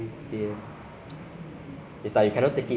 this is one thing I tried before lah that's why